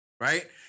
right